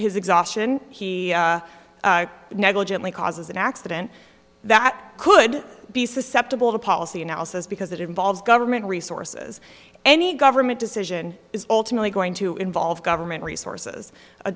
his exhaustion he negligently causes an accident that could be susceptible to policy analysis because it involves government resources any government decision is ultimately going to involve government